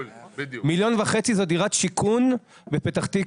מיליון וחצי זו דירת שיכון בפתח תקוה.